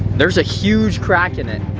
there's a huge crack in it.